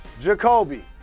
Jacoby